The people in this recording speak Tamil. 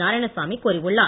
நாராயணசாமி கூறியுள்ளார்